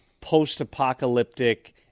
post-apocalyptic